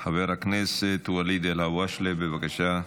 חבר הכנסת ואליד אלהואשלה, בבקשה.